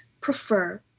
prefer